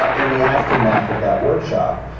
ah in the aftermath of that workshop,